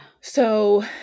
So-